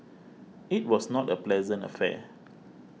it was not a pleasant affair